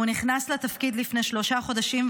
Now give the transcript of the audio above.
הוא נכנס לתפקיד לפני שלושה חודשים,